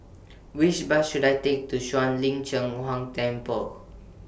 Which Bus should I Take to Shuang Lin Cheng Huang Temple